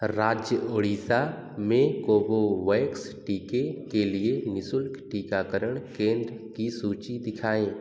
राज्य ओड़ीसा में कोवोवैक्स टीके के लिए निःशुल्क टीकाकरण केंद्र की सूची दिखाएँ